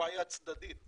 בעיה צדדית.